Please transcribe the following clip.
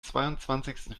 zweiundzwanzigsten